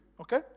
Okay